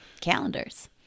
Calendars